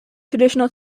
traditional